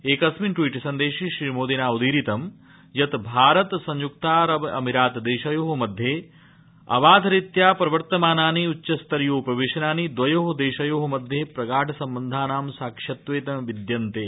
एकस्मिन tweet संदेशे श्रीमोदिना उदीरितं यत् भारत संयुक्तारबामीरात देशयो मध्ये अबाधरीत्या प्रवर्तमानानि उच्च्स्तरोयोपवेशनानि द्वयो देशयो मध्ये प्रगाढ सम्बन्धानां साक्ष्यत्वेन विद्यन्ते